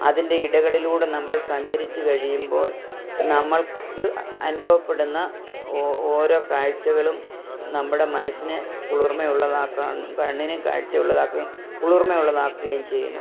അതിൻ്റെ ഇടകളിലൂടെ നമ്മൾ സഞ്ചരിച്ച് കഴിയുമ്പോൾ നമ്മൾക്ക് അനുഭവപ്പെടുന്ന ഓരോ കാഴ്ചകളും നമ്മുടെ മനസ്സിനെ കുളിർമയുള്ളതാക്കും കണ്ണിന് കാഴ്ചയുള്ളതാക്കും കുളിർമയുള്ളതാക്കുകയും ചെയ്യുന്നു